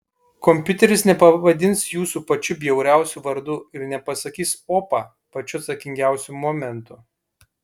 kompiuteris nepavadins jūsų pačiu bjauriausiu vardu ir nepasakys opa pačiu atsakingiausiu momentu